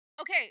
Okay